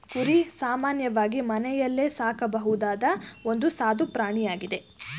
ಕುರಿ ಸಾಮಾನ್ಯವಾಗಿ ಮನೆಯಲ್ಲೇ ಸಾಕಬಹುದಾದ ಒಂದು ಸಾದು ಪ್ರಾಣಿಯಾಗಿದೆ